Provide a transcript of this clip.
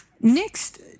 next